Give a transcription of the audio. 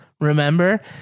remember